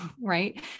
right